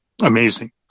amazing